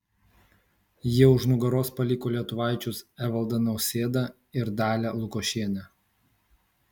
jie už nugaros paliko lietuvaičius evaldą nausėdą ir dalią lukošienę